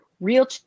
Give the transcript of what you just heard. real